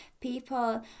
people